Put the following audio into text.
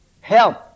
help